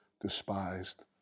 despised